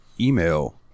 email